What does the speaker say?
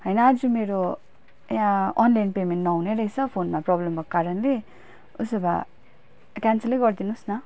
होइन आज मेरो यहाँ अनलाइन पेमेन्ट नहुने रहेस फोनमा प्रोब्लम भएको कारणले उसो भए क्यानसलै गरिदिनुहोस् न